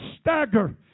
stagger